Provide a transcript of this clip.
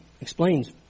explains